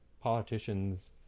politicians